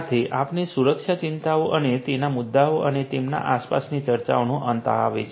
સાથે આપણે સુરક્ષા ચિંતાઓ અને તેના મુદ્દાઓ અને તેમના આસપાસની ચર્ચાઓનો અંત આવે છે